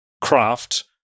craft